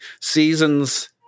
seasons